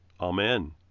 Amen